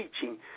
teaching